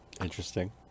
Interesting